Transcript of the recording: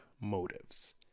motives